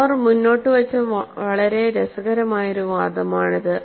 അവർ മുന്നോട്ട് വച്ച വളരെ രസകരമായ ഒരു വാദമാണിത്